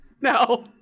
no